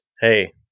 hey